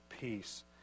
peace